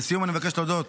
לסיום אני מבקש להודות